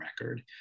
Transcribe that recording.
record